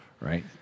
right